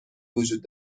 وجود